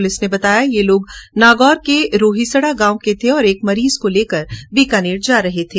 police ने बताया कि ये लोग नागौर के रोहिसडा गांव के थे और एक मरीज को बीकानेर ला रहे थे